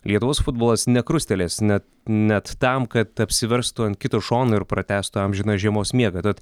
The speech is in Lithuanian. lietuvos futbolas nekrustelės net net tam kad apsiverstų ant kito šono ir pratęstų amžiną žiemos miegą tad